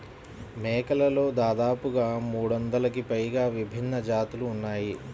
మేకలలో దాదాపుగా మూడొందలకి పైగా విభిన్న జాతులు ఉన్నాయి